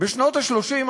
בשנות ה-30,